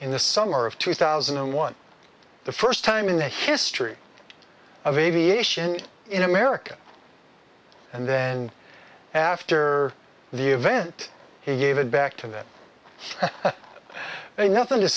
in the summer of two thousand and one the first time in the history of aviation in america and then after the event he gave it back to that i nothing to